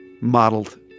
modeled